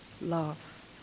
love